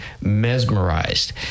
mesmerized